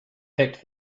picked